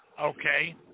okay